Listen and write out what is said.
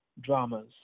dramas